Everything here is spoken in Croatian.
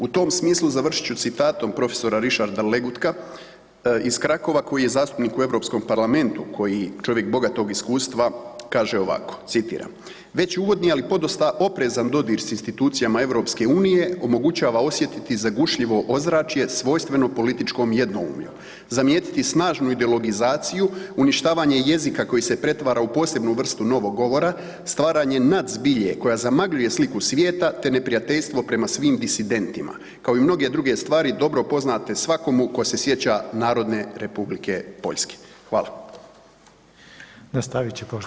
U tom smislu završit ću s citatom prof. Ryszarda Legutka iz Krakova koji je zastupnik u Europskom parlamentu, čovjek bogatog iskustva kaže ovako, citiram „Već uvodni ali podosta oprezan dodir s institucijama EU omogućava osjetiti zagušljivo ozračje svojstveno političkom jednoumlju, zamijetiti snažnu ideologizaciju uništavanje jezika koji se pretvara u posebnu vrstu novog govora, stvaranje nadzbilje koja zamagljuje sliku svijeta te neprijateljstvo prema svim disidentima kao i mnoge druge stvari dobro poznate svakomu tko se sjeća Narodne Republike Poljske“